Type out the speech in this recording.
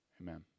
amen